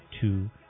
two